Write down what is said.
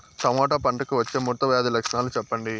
Tomato పంటకు వచ్చే ముడత వ్యాధి లక్షణాలు చెప్పండి?